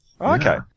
Okay